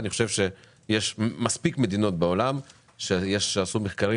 אני חושב שיש מספיק מדינות בעולם שעשו מחקרים